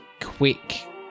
quick